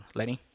Lenny